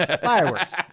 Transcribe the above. fireworks